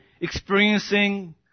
experiencing